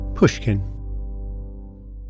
Pushkin